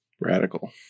Radical